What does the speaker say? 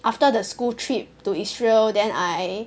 after the school trip to Israel then I